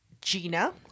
gina